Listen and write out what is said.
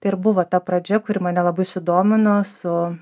tai ir buvo ta pradžia kuri mane labai sudomino su